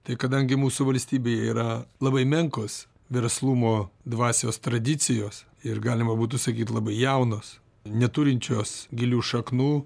tai kadangi mūsų valstybėje yra labai menkos verslumo dvasios tradicijos ir galima būtų sakyt labai jaunos neturinčios gilių šaknų